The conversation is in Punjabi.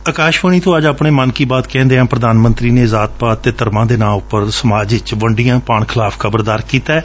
ਆਕਾਸਾਵਾਣੀ ਤੋਂ ਅੱਜ ਆਪਣੇ ਮਨ ਕੀ ਬਾਤ ਕਹਿੰਦਿਆਂ ਪੁਧਾਨ ਮੰਤਰੀ ਨੇ ਜਾਤਪਾਤ ਅਤੇ ਧਰਮਾਂ ਦੇ ਨਾਉਂ ਉਪਰ ਸਮਾਜ ਵਿਚ ਵੰਡੀਆਂ ਪਾਉਣ ਖਿਲਾਫ਼ ਖਬਰਦਾਰ ਕੀਤੈ